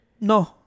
No